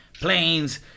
planes